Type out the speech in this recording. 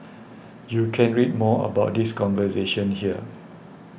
you can read more about this conversion here